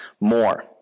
more